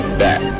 back